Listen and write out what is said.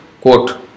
quote